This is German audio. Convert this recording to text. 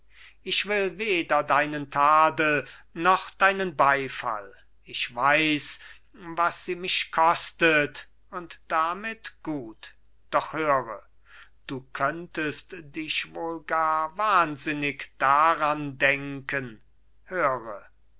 ich will weder deinen tadel noch deinen beifall ich weiß was sie mich kostet und damit gut doch höre du könntest dich wohl gar wahnsinnig daran denken höre